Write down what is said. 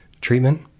treatment